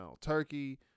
turkey